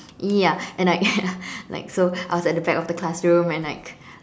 ya and like like so I was at the back of the classroom and like